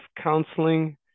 counseling